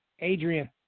Adrian